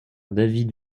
david